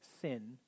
sin